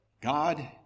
God